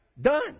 done